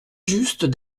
just